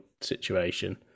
situation